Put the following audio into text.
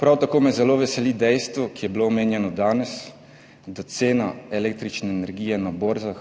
Prav tako me zelo veseli dejstvo, ki je bilo omenjeno danes, da cena električne energije na borzah